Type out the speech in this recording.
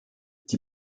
die